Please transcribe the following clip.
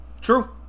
True